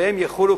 שלגביהם יחולו,